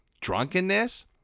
drunkenness